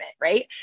Right